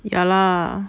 ya lah